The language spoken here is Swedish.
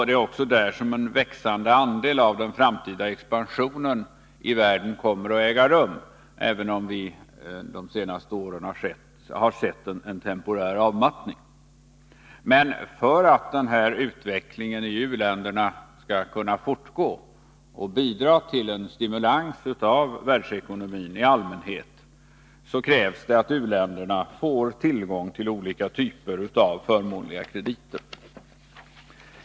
Det är också där som en växande andel av den framtida expansionen i världen kommer att äga rum, även om vi de senaste åren har sett en temporär avmattning. Men för att denna utveckling i u-länderna skall kunna fortgå och bidra till en stimulans av världsekonomin i stort, krävs det att u-länderna får tillgång till olika typer av förmånliga krediter.